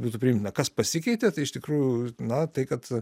būtų priimtina kas pasikeitė tai iš tikrųjų na tai kad